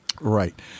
Right